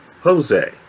Jose